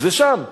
זה שם.